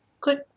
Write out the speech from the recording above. Click